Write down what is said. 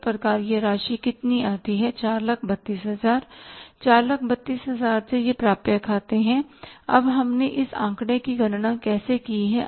इस प्रकार यह राशि कितनी आती है 432000 432000 ये प्राप्य खाते हैं अब हमने इस आंकड़े की गणना कैसे की है